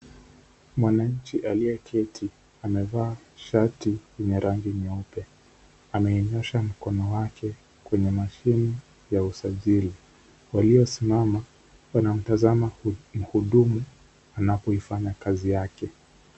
Mwananchi aliyeketi amevaa shati yenye rangi nyeupe ameinusha mkono wake kwenye mashini ya usajili, waliosimama wanamtazama mhudumu wanapoifanya kazi yake.